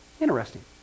Interesting